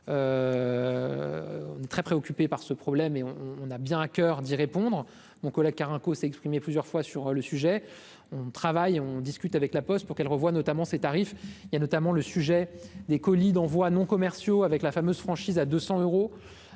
très préoccupé par ce problème et on on a bien à coeur d'y répondre, mon collègue Carenco s'est exprimé plusieurs fois sur le sujet, on travaille, on discute avec La Poste, pour qu'elle revoie notamment ses tarifs, il y a notamment le sujet des colis d'envoi non commerciaux avec la fameuse franchise à 200 euros